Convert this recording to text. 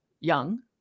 young